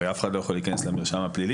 הרי אף אחד לא יכול להיכנס למרשם הפלילי,